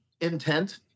intent